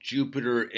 Jupiter